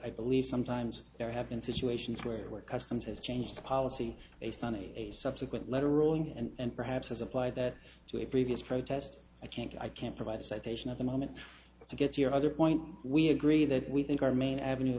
i believe sometimes there have been situations where customs has changed the policy based on a subsequent letter ruling and perhaps as apply that to a previous protest i can't i can't provide a citation at the moment to get your other point we agree that we think our main avenue